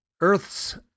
earth's